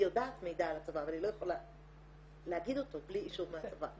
היא יודעת מידע על הצבא אבל היא לא יכולה להגיד אותו בלי אישור מהצבא.